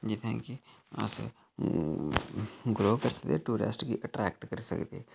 जित्थै कि अस ग्रो करी सकदे टूरिस्ट गी अट्रैक्ट करी सकदे